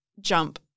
jump